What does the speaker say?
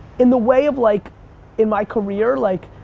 in the way of like in my career, like,